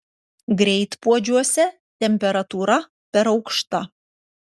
greitpuodžiuose temperatūra per aukšta